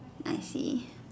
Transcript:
I see